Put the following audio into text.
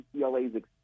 UCLA's